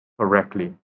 correctly